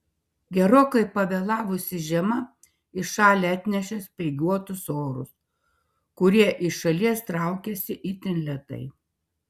gerokai pavėlavusi žiema į šalį atnešė speiguotus orus kurie iš šalies traukiasi itin lėtai